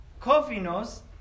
Kofinos